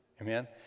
Amen